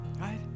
right